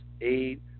aid